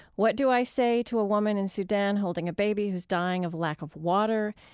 what do i say to a woman in sudan holding a baby who's dying of lack of water?